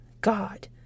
God